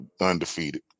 undefeated